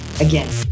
again